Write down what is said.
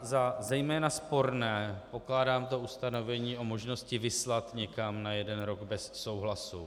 Za zejména sporné pokládám ustanovení o možnosti vyslat někam na jeden rok bez souhlasu.